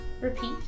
Repeat